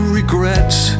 regrets